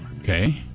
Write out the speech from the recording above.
Okay